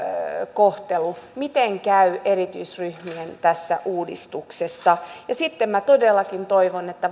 kohtelu miten käy erityisryhmien tässä uudistuksessa sitten minä todellakin toivon että